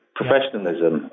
professionalism